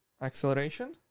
acceleration